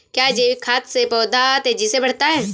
क्या जैविक खाद से पौधा तेजी से बढ़ता है?